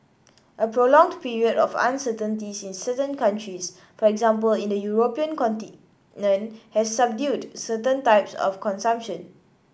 a prolonged period of uncertainties in certain countries for example in the European continent has subdued certain types of consumption